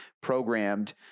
programmed